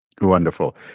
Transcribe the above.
Wonderful